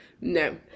No